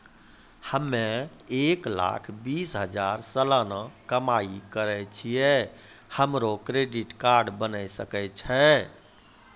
हम्मय एक लाख बीस हजार सलाना कमाई करे छियै, हमरो क्रेडिट कार्ड बने सकय छै?